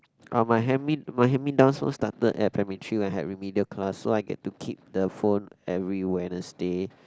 uh my hand me my hand me downs started at primary three where I had remedial class so I get to keep the phone every Wednesday